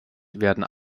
werden